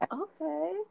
okay